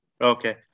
Okay